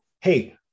Hey